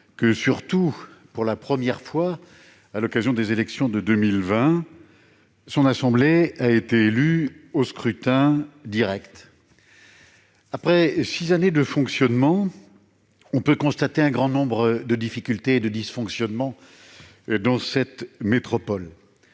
2015. Pour la première fois, à l'occasion des élections de 2020, son assemblée a été élue au scrutin direct. Après six années d'existence, on peut constater un grand nombre de difficultés et de dysfonctionnements dans cette métropole.